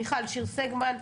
מיכל שיר סגמן,